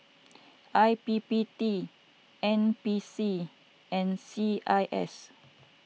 I P P T N P C and C I S